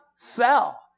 sell